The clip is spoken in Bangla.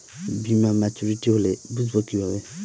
বীমা মাচুরিটি হলে বুঝবো কিভাবে?